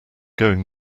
going